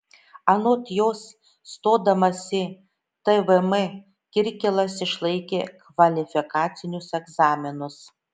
anot jos stodamas į tvm kirkilas išlaikė kvalifikacinius egzaminus